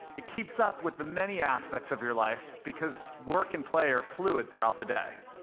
it keeps up with the many aspects of your life because work and play are fluid throughout the day.